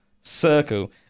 circle